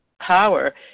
power